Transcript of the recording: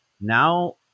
Now